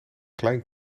klein